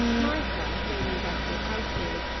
martha, lady augusta's housemaid,